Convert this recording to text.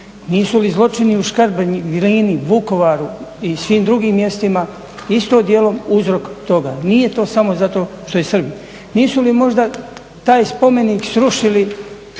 nisu li zločini u Škabrnji, Glini, Vukovaru i svim drugim mjestima isto dijelom uzrok toga? Nije to samo zato što je Srbin. Nisu li možda taj spomenik srušili